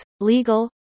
legal